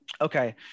Okay